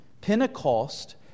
Pentecost